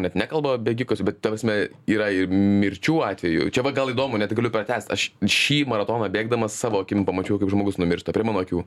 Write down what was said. net nekalba bėgikus bet ta prasme yra ir mirčių atvejų čia va gal įdomu net galiu pratęst aš šį maratoną bėgdamas savo akim pamačiau kaip žmogus numiršta prie mano akių